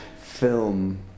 film